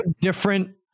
different